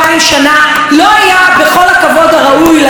בכל הכבוד לעיר המופלאה תל אביב,